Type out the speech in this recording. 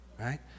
Right